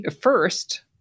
first